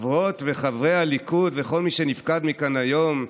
חברות וחברי הליכוד וכל מי שנפקד מכאן היום,